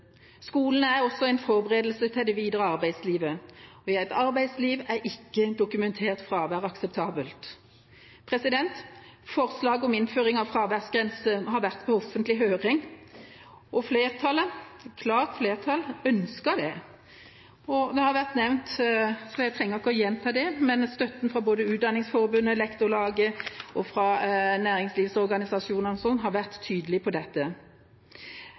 Skolen er også en forberedelse til det videre arbeidslivet, og i et arbeidsliv er ikke udokumentert fravær akseptabelt. Forslaget om innføring av fraværsgrense har vært på offentlig høring, og flertallet – et klart flertall – ønsker det. Og det har vært nevnt, så jeg trenger ikke å gjenta det, men støtten fra både Utdanningsforbundet, Lektorlaget og næringslivsorganisasjonene har vært tydelig på dette.